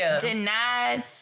denied